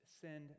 send